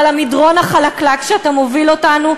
אבל המדרון החלקלק שאליו אתה מוביל אותנו,